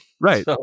Right